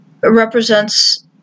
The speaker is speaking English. represents